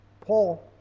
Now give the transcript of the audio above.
Paul